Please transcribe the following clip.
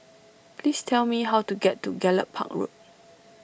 please tell me how to get to Gallop Park Road